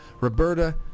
Roberta